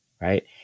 right